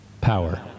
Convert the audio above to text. Power